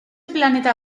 planeta